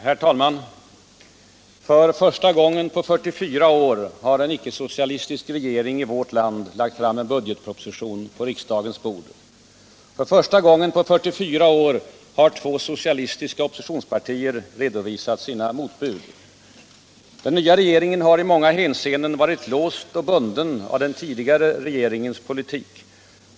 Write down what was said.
Herr talman! För första gången på 44 år har en icke-socialistisk regering i vårt land lagt en budgetproposition på riksdagens bord. För första gången på 44 år har två socialistiska oppositionspartier redovisat sina motbud. Den nya regeringen har i många hänseenden varit låst och bunden av den tidigare regeringens politik.